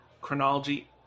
chronology